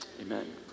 amen